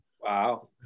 Wow